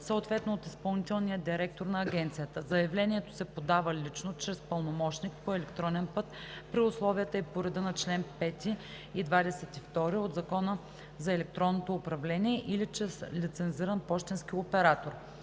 съответно от изпълнителния директор на агенцията. Заявлението се подава лично, чрез пълномощник, по електронен път при условията и по реда на чл. 5 и 22 от Закона за електронното управление или чрез лицензиран пощенски оператор.